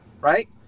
right